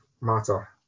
matter